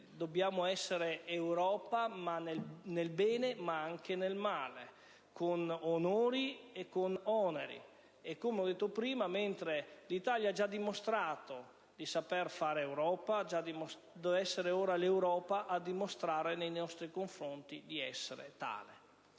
dobbiamo essere Europa nel bene, ma anche nel male, con onori e con oneri. Tuttavia, come ho detto prima, mentre l'Italia ha già dimostrato di saper fare Europa, ora deve essere l'Europa a dimostrare nei nostri confronti di essere tale.